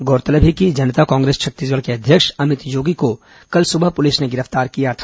गौरतलब है कि जनता कांग्रेस छत्तीसगढ़ के अध्यक्ष अमित जोगी को कल सुबह पुलिस ने गिरफ्तार किया था